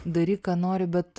daryk ką nori bet